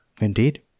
indeed